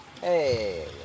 Hey